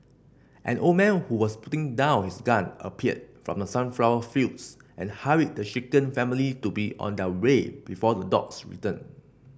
an old man who was putting down his gun appeared from the sunflower fields and hurried the shaken family to be on their way before the dogs return